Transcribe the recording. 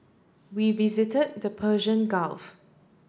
we visit the Persian Gulf